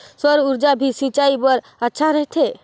सौर ऊर्जा भी सिंचाई बर अच्छा रहथे?